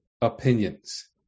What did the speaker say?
opinions